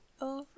over